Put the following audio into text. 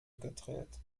gedreht